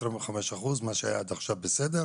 125% שהיו עד עכשיו בסדר,